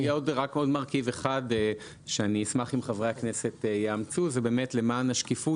רק עוד מרכיב אחד שאשמח אם חברי הכנסת יאמצו והוא למען השקיפות,